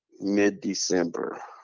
mid-December